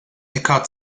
äcker